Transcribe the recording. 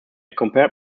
compared